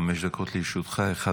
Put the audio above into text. חמש דקות לרשותך,